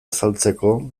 azaltzeko